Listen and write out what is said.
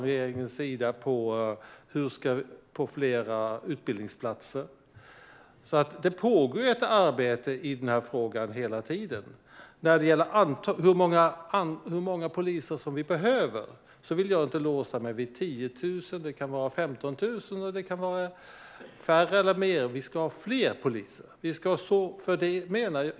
Regeringen tittar på om det ska bli fler utbildningsplatser. Ett arbete pågår hela tiden i frågan. När det gäller hur många poliser vi behöver vill jag inte låsa mig vid 10 000. Det kan handla om 15 000 eller färre, eller ännu fler; vi ska ha fler poliser.